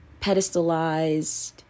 pedestalized